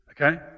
Okay